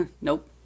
Nope